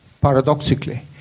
paradoxically